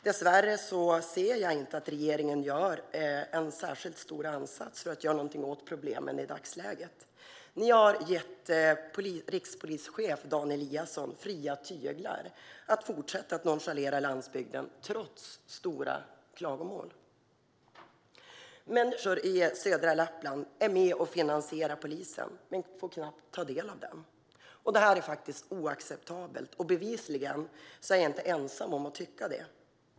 Dessvärre ser jag inte att regeringen gör någon särskilt stor ansats för att göra något åt problemen i dagsläget. Man har gett rikspolischef Dan Eliasson fria tyglar att fortsätta att nonchalera landsbygden, trots stora klagomål. Människor i södra Lappland är med och finansierar polisen men får knappt ta del av den. Det är oacceptabelt, och bevisligen är jag inte ensam om att tycka så.